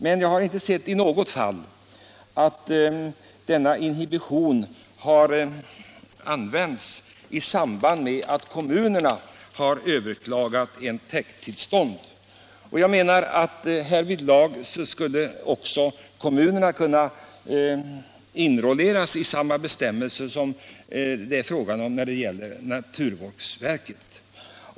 Men jag har inte sett att denna inhibition i något fall har använts i samband med att kommuner har överklagat ett täkttillstånd. Och jag menar att samma bestämmelser som gäller för naturvårdsverket borde gälla också för kommunerna.